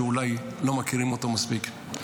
שאולי לא מכירים אותו מספיק.